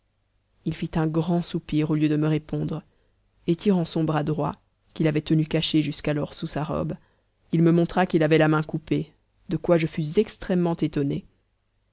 il fit un grand soupir au lieu de me répondre et tirant son bras droit qu'il avait tenu caché jusqu'alors sous sa robe il me montra qu'il avait la main coupée de quoi je fus extrêmement étonné